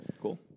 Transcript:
Cool